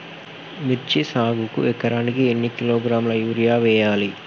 మిర్చి సాగుకు ఎకరానికి ఎన్ని కిలోగ్రాముల యూరియా వేయాలి?